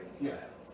Yes